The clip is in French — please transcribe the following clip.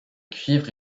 cuivre